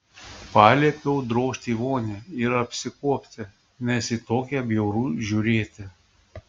paliepiau drožti į vonią ir apsikuopti nes į tokią bjauru žiūrėti